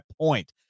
point